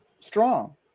strong